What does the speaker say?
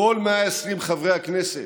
כל 120 חברי הכנסת,